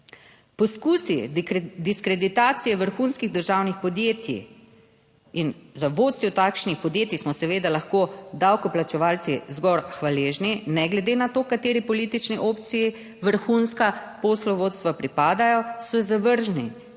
Poskusi diskreditacije vrhunskih državnih podjetij in za vodstvo takšnih podjetij smo seveda lahko davkoplačevalci zgolj hvaležni. Ne glede na to, kateri politični opciji vrhunska poslovodstva pripadajo, so zavržni